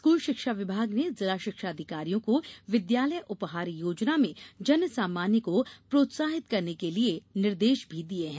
school शिक्षा विभाग ने जिला शिक्षा अधिकारियों को विद्यालय उपहार योजना में जन सामान्य को प्रोत्साहित करने के लिये निर्देश भी दिये हैं